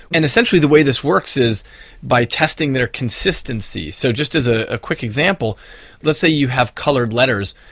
and essentially the way this works is by testing their consistency, so just as a quick example let's say you have coloured letters,